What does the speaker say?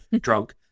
drunk